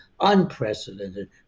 unprecedented